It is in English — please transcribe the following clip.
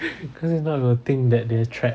cause not they will think that they are trapped